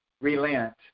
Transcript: Relent